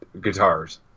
guitars